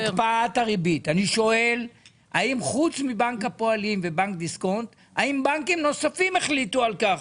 האם חוץ מבנק הפועלים ובנק דיסקונט יש בנקים אחרים שהחליטו על כך?